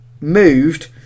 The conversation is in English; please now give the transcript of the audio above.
moved